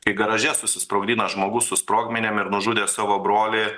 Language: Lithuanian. kai garaže susisprogdino žmogus su sprogmenim ir nužudė savo brolį